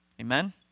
Amen